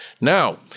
Now